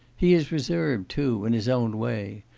he is reserved, too, in his own way.